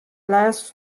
lêst